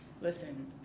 listen